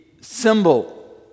symbol